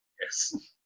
Yes